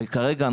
וכרגע,